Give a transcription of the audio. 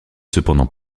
cependant